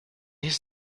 his